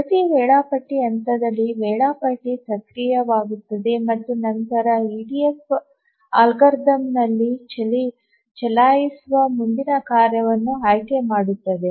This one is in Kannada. ಪ್ರತಿ ವೇಳಾಪಟ್ಟಿ ಹಂತದಲ್ಲಿ ವೇಳಾಪಟ್ಟಿ ಸಕ್ರಿಯವಾಗುತ್ತದೆ ಮತ್ತು ನಂತರ ಇಡಿಎಫ್ ಅಲ್ಗಾರಿದಮ್ನಲ್ಲಿ ಚಲಾಯಿಸಲು ಮುಂದಿನ ಕಾರ್ಯವನ್ನು ಆಯ್ಕೆ ಮಾಡುತ್ತದೆ